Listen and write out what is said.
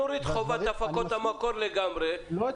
אני מסכים.